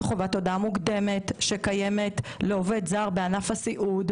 חובת הודעה מוקדמת שקיימת לעובד זר בענף הסיעוד,